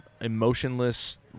emotionless